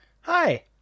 Hi